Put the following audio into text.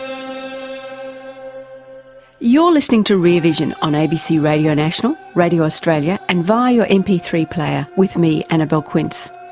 so you're listening to rear vision on abc radio national, radio australia and via your m p three player, with me, annabelle quince.